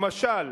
למשל,